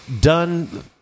done